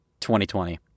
2020